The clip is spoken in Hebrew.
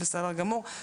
בסדר גמור.